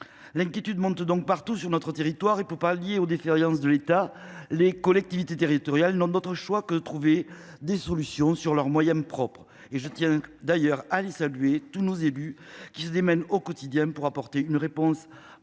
L’inquiétude monte partout sur notre territoire et, pour pallier les défaillances de l’État, les collectivités territoriales n’ont d’autre choix que de trouver des solutions sur leurs moyens propres. Je tiens d’ailleurs à saluer tous nos élus, qui se démènent au quotidien pour apporter une réponse